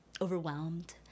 overwhelmed